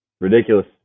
Ridiculous